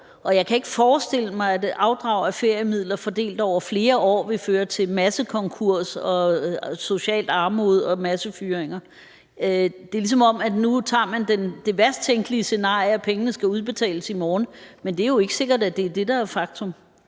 jeg kan ikke forestille mig, at afdrag af feriemidler fordelt over flere år vil føre til massekonkurser, social armod og massefyringer. Det er, ligesom om at nu tager man det værst tænkelige scenarie, at pengene skal udbetales i morgen, men det er jo ikke sikkert, at det er det, der er faktum.